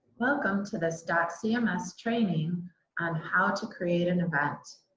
welcome to this dotcms training on how to create an event.